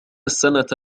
السنة